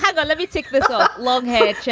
kind of let me take this lunkhead